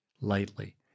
lightly